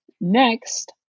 Next